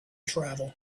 travel